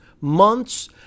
months